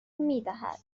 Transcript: میدهد